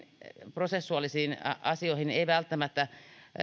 prosessuaalisiin asioihin ei välttämättä